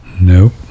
Nope